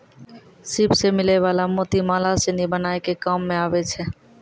सिप सें मिलै वला मोती माला सिनी बनाय के काम में आबै छै